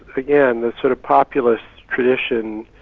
again, the sort of populist tradition,